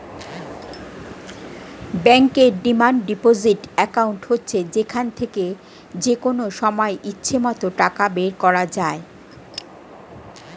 ব্যাংকের demand deposit account হচ্ছে যেখান থেকে যেকনো সময় ইচ্ছে মত টাকা বের করা যায়